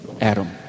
Adam